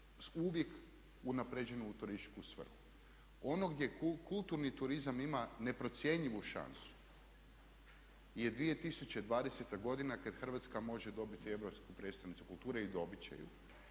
uvijek unaprijeđeno u turističku svrhu. Ono gdje kulturni turizam ima neprocjenjivu šansu je 2020. godina kad Hrvatska može dobiti europsku prijestolnicu kulture i dobit će ju.